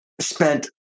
spent